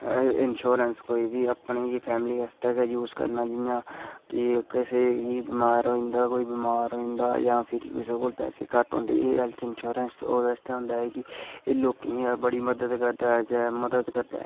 ensure कोई बी अपनी फैमिली आस्तै यूज़ करना जि'यां के कुसै गी मारो इं'दा कोई बमार होंदा जां इं'दे कोल कोई पैसे घट्ट होंदे एह् हैल्थ इंश्योरेंस उं'दे आस्तै होंदा कि एह् लोकें दी बड़ी मदद करदा ऐ मदद करदा ऐ